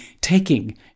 taking